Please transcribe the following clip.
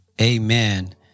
Amen